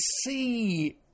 see